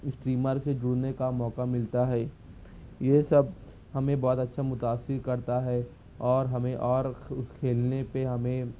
streamer سے جڑنے کا موقعہ ملتا ہے یہ سب ہمیں بہت اچھا متأثر کرتا ہے اور ہمیں اور اس کھیلنے پہ ہمیں